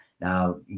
Now